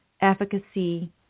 efficacy